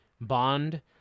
Bond